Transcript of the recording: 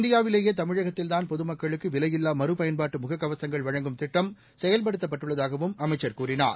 இந்தியாவிலேயேதமிழகத்தில்தான் பொதுமக்களுக்குவிலையில்லாமறுபயன்பாட்டுமுககவசங்கள் வழங்கும் திட்டம் செயல்படுத்தப் பட்டுள்ளதாகவும் அமைச்சர் கூறினார்